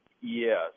Yes